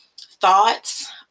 thoughts